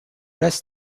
rest